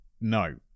No